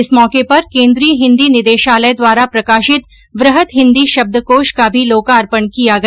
इस मौके पर केन्द्रीय हिन्दी निदेशालय द्वारा प्रकाशित वृहत हिन्दी शब्दकोष का भी लोकार्पण किया गया